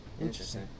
Interesting